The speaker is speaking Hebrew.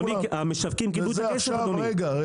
רציתי רק להגיב לדבריו של צחי --- אני רק מבקש